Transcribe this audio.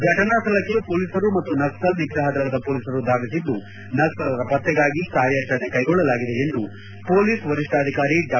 ಫಟನಾ ಸ್ಥಳಕ್ಕೆ ಪೊಲೀಸರು ಮತ್ತು ನಕ್ಷಲ್ ನಿಗ್ರಹದಳದ ಪೊಲೀಸರು ಧಾವಿಸಿದ್ದು ನಕ್ಷಲರ ಪತ್ತೆಗಾಗಿ ಕಾರ್ಯಾಚರಣೆ ಕೈಗೊಳ್ಳಲಾಗಿದೆ ಎಂದು ಪೊಲೀಸ್ ವರಿಷ್ಟಾಧಿಕಾರಿ ಡಾ